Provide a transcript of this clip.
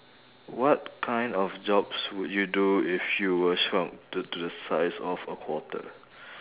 what kind of jobs would you do if you were shrunk to to the size of a quarter